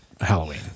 Halloween